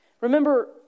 Remember